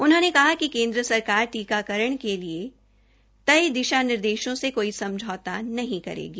उन्होंने कहा कि केन्द्र सरकार टीकाकरण के लिए तय दिशा निर्देशों से कोई समझौता नहीं करेगी